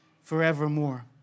forevermore